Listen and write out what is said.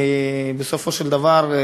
כי בסופו של דבר,